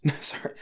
Sorry